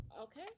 Okay